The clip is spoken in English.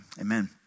Amen